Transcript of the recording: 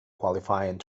qualifying